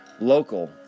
Local